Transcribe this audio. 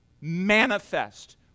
manifest